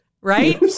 right